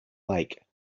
lake